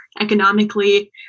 economically